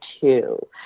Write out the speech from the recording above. two